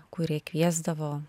kurie kviesdavo